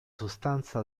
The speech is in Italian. sostanza